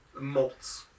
Molts